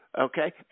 okay